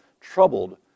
troubled